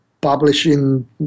publishing